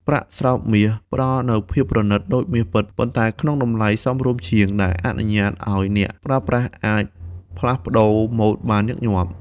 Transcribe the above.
ប្រាក់ស្រោបមាស ផ្ដល់នូវភាពប្រណិតដូចមាសពិត ប៉ុន្តែក្នុងតម្លៃសមរម្យជាង ដែលអនុញ្ញាតឲ្យអ្នកប្រើប្រាស់អាចផ្លាស់ប្តូរម៉ូដបានញឹកញាប់។